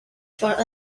for